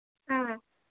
ஆ